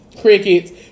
Crickets